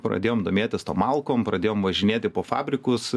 pradėjom domėtis tom malkom pradėjom važinėti po fabrikus